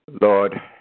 Lord